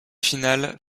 finale